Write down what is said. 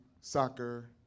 soccer